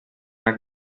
arc